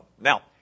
Now